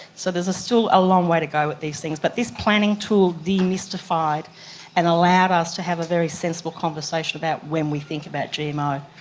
so there's still a long way to go with these things, but this planning tool demystified and allowed us to have a very sensible conversation about when we think about gmo.